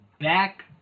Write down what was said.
back